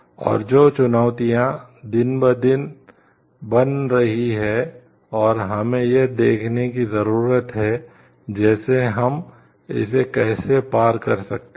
और जो चुनौतियां दिन ब दिन बन रही हैं और हमें यह देखने की जरूरत है जैसे हम इसे कैसे पार कर सकते हैं